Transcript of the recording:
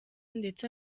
ndetse